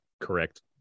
Correct